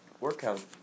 workout